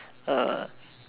err